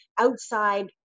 outside